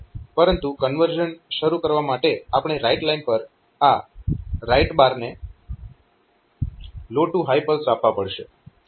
પરંતુ કન્વર્ઝન શરૂ કરવા માટે આપણે રાઈટ લાઇન પર આ WR ને લો ટૂ હાય પલ્સ આપવા પડશે